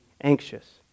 anxious